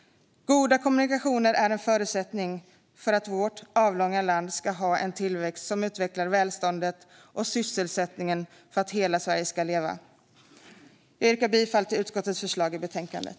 Goda kommunikationer är en förutsättning för att vårt avlånga land ska ha en tillväxt som utvecklar välståndet och sysselsättningen och för att hela Sverige ska leva. Jag yrkar bifall till utskottets förslag i betänkandet.